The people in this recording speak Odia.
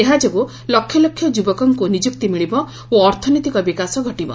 ଏହା ଯୋଗୁଁ ଲକ୍ଷ ଲକ୍ଷ ଯୁବକଙ୍କୁ ନିଯୁକ୍ତି ମିଳିବ ଓ ଅର୍ଥନୈତିକ ବିକାଶ ଘଟିବ